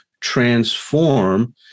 transform